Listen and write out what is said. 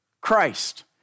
Christ